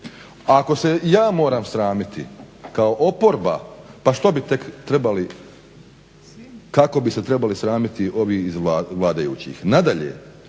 Ako se ja moram sramiti kao oporba pa što bi tek trebali kako bi se trebali sramiti ovi iz vladajućih. Nadalje,